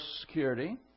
Security